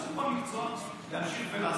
לאנשים שכבר היו פה ועסקו במקצוע להמשיך ולעסוק במקצוע.